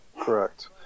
correct